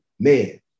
Man